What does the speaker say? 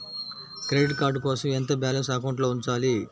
Credit card కోసం ఎంత balance అకౌంట్లో ఉంచాలి?